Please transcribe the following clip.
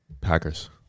Packers